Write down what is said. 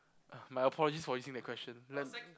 my apologies for using that question